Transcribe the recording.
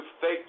fake